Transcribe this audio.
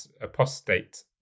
apostate